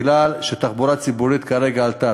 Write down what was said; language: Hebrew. כי התחבורה הציבורית כרגע התייקרה.